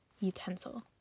utensil